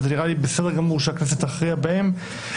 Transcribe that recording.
ונראה לי בסדר גמור שהכנסת תכריע בהן.